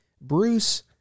bruce